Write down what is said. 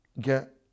get